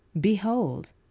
behold